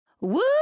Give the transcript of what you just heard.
Woo